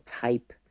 type